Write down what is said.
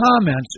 comments